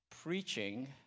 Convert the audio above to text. preaching